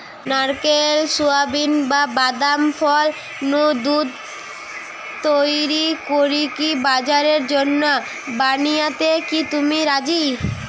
নারকেল, সুয়াবিন, বা বাদাম ফল নু দুধ তইরি করিকি বাজারের জন্য বানানিয়াতে কি তুমি রাজি?